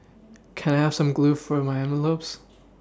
can I have some glue for my envelopes